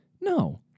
No